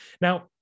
Now